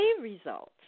results